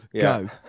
Go